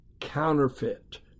counterfeit